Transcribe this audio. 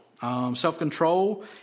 Self-control